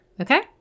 Okay